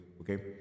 okay